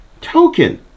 token